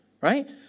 right